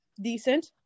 decent